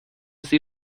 sie